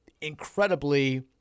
incredibly